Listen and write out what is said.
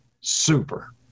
super